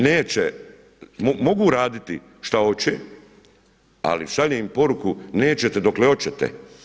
Neće, mogu raditi šta hoće, ali šaljem im poruku nećete dokle hoćete.